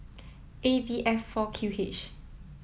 A B F four Q H